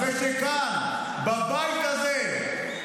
-- אחרי שכאן, בבית הזה,